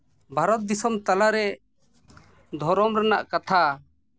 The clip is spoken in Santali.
ᱵᱷᱟᱨᱚᱛ ᱫᱤᱥᱚᱢ ᱛᱟᱞᱟᱨᱮ ᱫᱷᱚᱨᱚᱢ ᱨᱮᱱᱟᱜ ᱠᱟᱛᱷᱟ